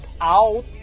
out